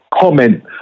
comment